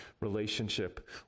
relationship